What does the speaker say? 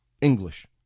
English